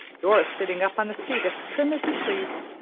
dora's sitting up on the seat as prim as you please.